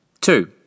Two